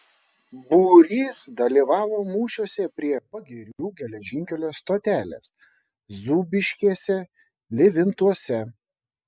būrys dalyvavo mūšiuose prie pagirių geležinkelio stotelės zūbiškėse livintuose